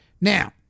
Now